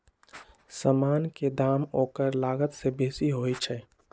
समान के दाम ओकर लागत से बेशी होइ छइ